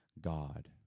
God